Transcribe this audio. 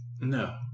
No